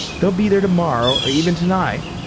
they'll be there to-morrow, or even to-night.